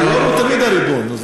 היו"ר הוא תמיד הריבון.